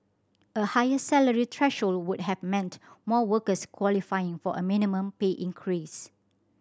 a higher salary threshold would have meant more workers qualifying for a minimum pay increase